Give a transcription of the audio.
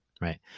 right